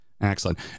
Excellent